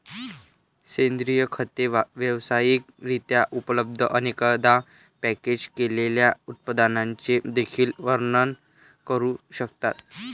सेंद्रिय खते व्यावसायिक रित्या उपलब्ध, अनेकदा पॅकेज केलेल्या उत्पादनांचे देखील वर्णन करू शकतात